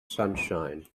sunshine